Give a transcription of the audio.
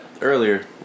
earlier